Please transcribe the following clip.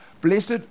Blessed